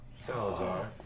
Salazar